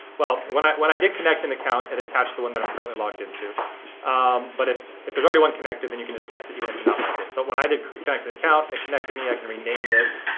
well, when i when i did connect an account, it attached the one that i'm currently logged into um but if if there's already one connected then you can just test it, even if you're not logged in. but when i did connected an account, it connected me, i can rename this.